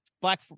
Black